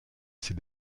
ses